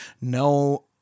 no